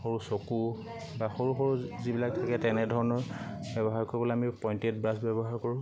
সৰু চকু বা সৰু সৰু যিবিলাক থাকে তেনেধৰণৰ ব্যৱহাৰ কৰিবলৈ আমি পইণ্টেড ব্ৰাছ ব্যৱহাৰ কৰোঁ